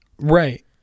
Right